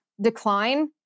decline